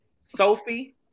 Sophie